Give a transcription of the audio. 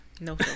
No